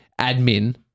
admin